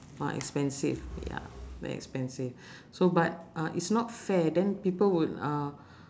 ah expensive ya very expensive so but uh it's not fair then people would uh